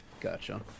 Gotcha